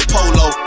Polo